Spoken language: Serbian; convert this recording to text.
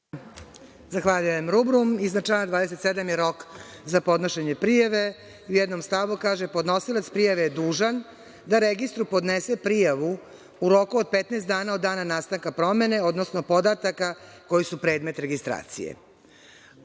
Zahvaljujem. Rubrum iznad člana 27. je rok za podnošenje prijave. U jednom stavu kaže – podnosilac prijave je dužan da registru podnese prijavu u roku od 15 dana od dana nastanka promene, odnosno podataka koji su predmet registracije.